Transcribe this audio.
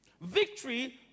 Victory